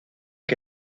que